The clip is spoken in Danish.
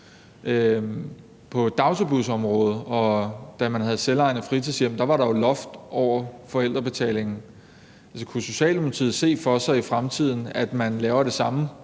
På dagtilbudsområdet, og da man havde selvejende fritidshjem, var der jo et loft over forældrebetalingen. Kunne Socialdemokratiet se for sig i fremtiden, at man laver det samme